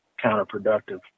counterproductive